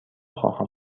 خواهم